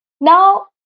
now